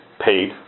paid